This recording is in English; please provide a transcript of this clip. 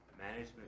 management